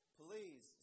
please